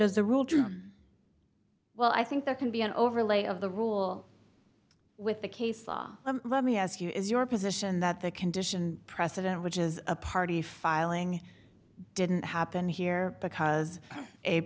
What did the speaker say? does the rule well i think there can be an overlay of the rule with the case law let me ask you is your position that the condition precedent which is a party filing didn't happen here because a